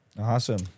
awesome